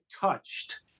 touched